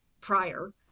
prior